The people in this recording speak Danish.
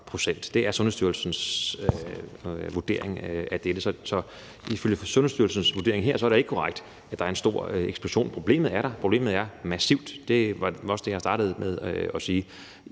Det er Sundhedsstyrelsens vurdering af dette. Så ifølge Sundhedsstyrelsens vurderingen her er det ikke korrekt, at der er stor eksplosion. Problemet er der. Problemet er massivt. Det var også det, jeg startede med at sige.